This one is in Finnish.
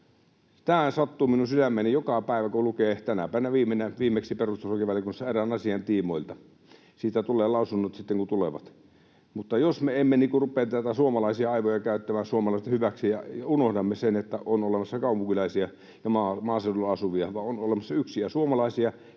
Tämä sattuu minun sydämeeni joka päivä kun lukee, tänäpänä viimeksi perustuslakivaliokunnassa erään asian tiimoilta. Siitä tulevat lausunnot sitten, kun tulevat. Mutta jos me emme rupea suomalaisia aivoja käyttämään suomalaisten hyväksi... Unohdamme sen, että vaikka on olemassa kaupunkilaisia ja maaseudulla asuvia, on olemassa yksiä suomalaisia,